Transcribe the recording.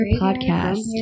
Podcast